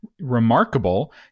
remarkable